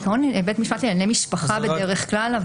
בעיקרון בית המשפט לענייני משפחה בדרך כלל.